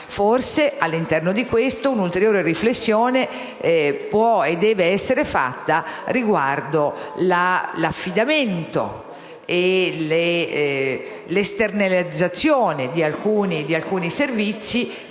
Forse, all'interno di questo, un'ulteriore riflessione può e deve essere fatta riguardo l'affidamento e l'esternalizzazione di alcuni servizi